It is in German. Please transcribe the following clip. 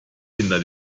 hinter